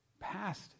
past